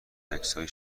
عکسهای